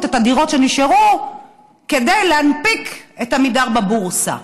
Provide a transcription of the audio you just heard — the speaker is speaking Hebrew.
את הדירות שנשארו כדי להנפיק את עמידר בבורסה.